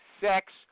sex